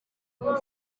buzura